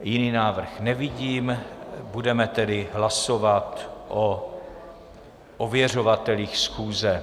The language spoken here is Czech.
Jiný návrh nevidím, budeme tedy hlasovat o ověřovatelích schůze.